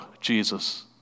Jesus